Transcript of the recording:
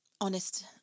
honest